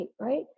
right